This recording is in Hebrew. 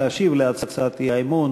להשיב על הצעת האי-אמון